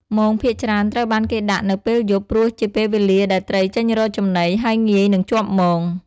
មងភាគច្រើនត្រូវបានគេដាក់នៅពេល យប់ ព្រោះជាពេលវេលាដែលត្រីចេញរកចំណី ហើយងាយនឹងជាប់មង។